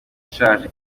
ishaje